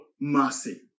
mercy